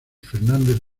fernández